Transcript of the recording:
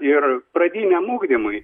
ir pradiniam ugdymui